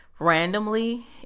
randomly